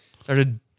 Started